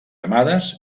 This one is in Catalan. amades